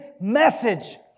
message